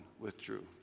withdrew